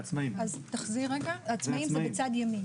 העצמאים זה בצד ימין.